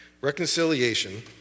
Reconciliation